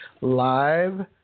live